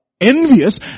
Envious